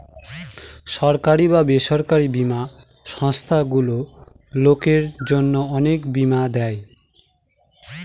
সরকারি বা বেসরকারি বীমা সংস্থারগুলো লোকের জন্য অনেক বীমা দেয়